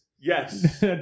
Yes